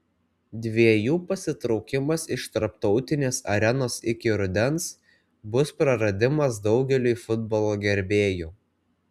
dviejų pasitraukimas iš tarptautinės arenos iki rudens bus praradimas daugeliui futbolo gerbėjų